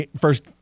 First